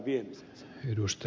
herra puhemies